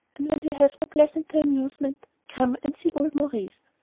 and when you have no pleasanter amusement, come and see old maurice.